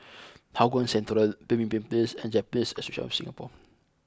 Hougang Central Pemimpin Place and Japanese Association of Singapore